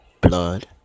blood